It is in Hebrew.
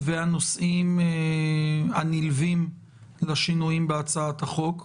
והנושאים הנלווים לשינויים בהצעת החוק,